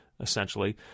essentially